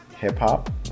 hip-hop